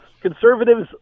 conservatives